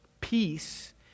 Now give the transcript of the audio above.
peace